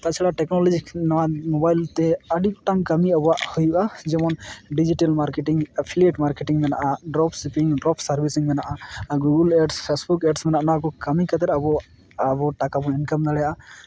ᱛᱟᱪᱷᱟᱲᱟ ᱴᱮᱠᱱᱳᱞᱚᱡᱤ ᱱᱚᱣᱟ ᱢᱳᱵᱟᱭᱤᱞᱛᱮ ᱟᱹᱰᱤ ᱜᱚᱴᱟᱝ ᱠᱟᱹᱢᱤ ᱟᱵᱚᱣᱟᱜ ᱦᱩᱭᱩᱜᱼᱟ ᱡᱮᱢᱚᱱ ᱰᱤᱡᱤᱴᱮᱞ ᱢᱟᱨᱠᱮᱴᱤᱝ ᱮᱯᱷᱤᱞᱮᱴ ᱢᱟᱨᱠᱮᱴᱤᱝ ᱢᱮᱱᱟᱜᱼᱟ ᱰᱨᱚᱯ ᱥᱚᱯᱤᱝ ᱰᱨᱚᱯ ᱥᱟᱨᱵᱷᱤᱥᱤᱝ ᱢᱮᱱᱟᱜᱼᱟ ᱜᱩᱜᱩᱞ ᱮᱰᱥ ᱯᱷᱮᱥᱵᱩᱠ ᱮᱰᱥ ᱢᱮᱱᱟᱜᱼᱟ ᱱᱚᱣᱟᱠᱚ ᱠᱟᱹᱢᱤ ᱠᱟᱛᱮᱫ ᱟᱵᱚ ᱴᱟᱠᱟ ᱵᱚᱱ ᱤᱱᱠᱟᱢ ᱫᱟᱲᱮᱭᱟᱜᱼᱟ